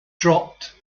dropped